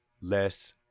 less